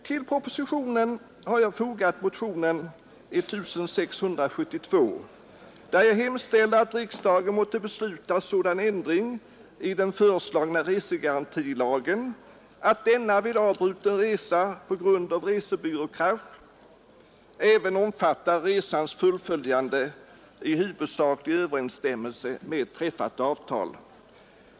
Till propositionen har jag därför fogat motionen 1672, där jag hemställer att riksdagen måtte besluta sådan ändring i den föreslagna resegarantilagen att garantin vid avbruten resa på grund av resebyråkrasch även omfattar resans fullföljande i huvudsaklig överensstämmelse med träffat avtal.